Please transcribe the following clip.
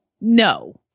No